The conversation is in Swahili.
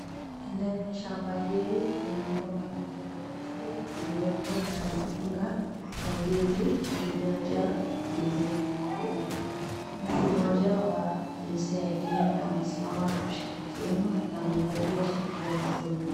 Ndani ya shamba hili ngoma mingi mirefu iliyoko na mikunga ya ndizi iliyojaa ndizi kubwa makubwa. Mtu mmoja wa jinsia ya kiume amesimama na kushika kiuno na amevalia shati ya nyekundu.